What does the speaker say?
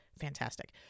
fantastic